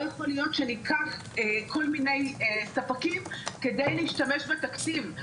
לא יכול להיות שניקח כל מיני ספקים כדי להשתמש בתקציב.